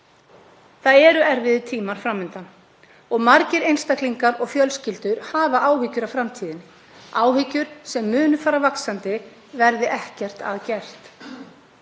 Það eru erfiðir tímar fram undan og margir einstaklingar og fjölskyldur hafa áhyggjur af framtíðinni, áhyggjur sem munu fara vaxandi verði ekkert að gert.